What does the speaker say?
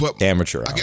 amateur